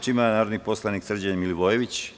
Reč ima narodni poslanik Srđan Milivojević.